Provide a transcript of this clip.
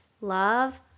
love